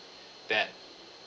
that